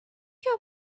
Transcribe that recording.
your